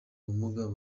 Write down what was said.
ubumuga